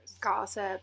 gossip